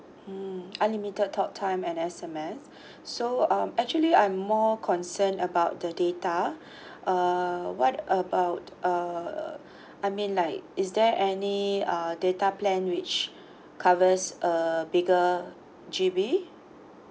mm unlimited talk time and S_M_S so um actually I'm more concerned about the data uh what about uh I mean like is there any uh data plan which covers a bigger G_B